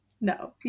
No